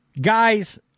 Guys